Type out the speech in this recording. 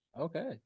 Okay